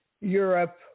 Europe